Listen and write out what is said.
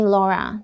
Laura